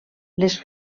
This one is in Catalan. les